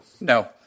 No